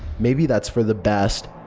maybe that's for the best.